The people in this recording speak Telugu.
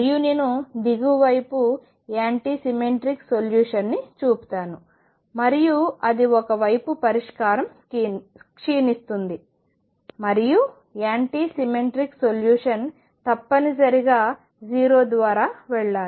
మరియు నేను దిగువ వైపు యాంటీ సిమెట్రిక్ సొల్యూషన్ను చూపుతాను మరియు అది ఒక వైపు పరిష్కారం క్షీణిస్తుంది మరియు యాంటీ సిమెట్రిక్ సొల్యూషన్ తప్పనిసరిగా 0 ద్వారా వెళ్లాలి